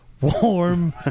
warm